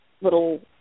little